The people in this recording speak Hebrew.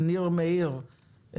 ניר מאיר,